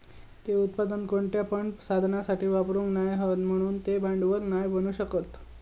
ते उत्पादन कोणत्या पण साधनासाठी वापरूक नाय हत म्हणान ते भांडवल नाय बनू शकत